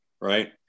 right